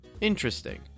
interesting